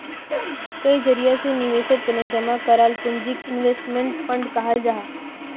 कई जरिया से निवेशेर तने जमा कराल पूंजीक इन्वेस्टमेंट फण्ड कहाल जाहां